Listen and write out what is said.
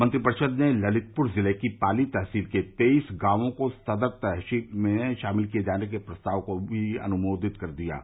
मंत्रिपरिषद ने ललितपुर ज़िले की पाली तहसील के तेईस गांवों को सदर तहसील में शामिल किये जाने के प्रस्ताव को भी अनुमोदित कर दिया है